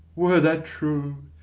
were that true,